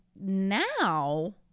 now